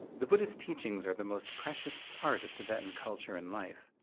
the buddhist teachings are the most precious part of tibetan culture and life.